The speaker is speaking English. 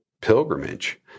pilgrimage